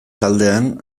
taldean